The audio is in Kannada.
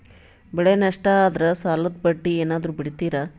ಬೆಳೆ ನಷ್ಟ ಆದ್ರ ಸಾಲದ ಬಡ್ಡಿ ಏನಾದ್ರು ಬಿಡ್ತಿರಾ?